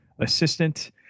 assistant